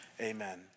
amen